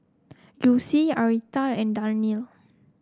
Yulisa Arietta and Darnell